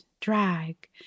Drag